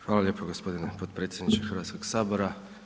Hvala lijepo gospodine potpredsjedniče Hrvatskog sabora.